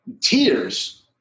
tears